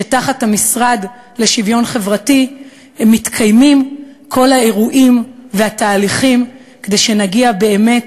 שתחת המשרד לשוויון חברתי מתקיימים כל האירועים והתהליכים כדי שנגיע באמת